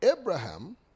Abraham